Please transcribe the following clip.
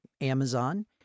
Amazon